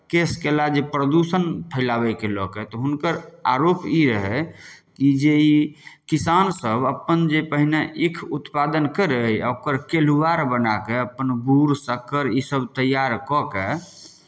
केस कयला जे प्रदूषण फैलाबैके लऽ कऽ तऽ हुनकर आरोप ई रहै कि ई जे ई किसानसभ अपन जे पहिने ईख उत्पादन करय आओर ओकर कल्हुआर बना कऽ अपन गुड़ शक्कर ईसभ तैआर कऽ के